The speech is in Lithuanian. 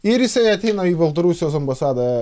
ir jisai ateina į baltarusijos ambasadą